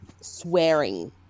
swearing